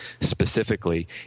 specifically